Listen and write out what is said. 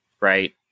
right